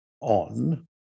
on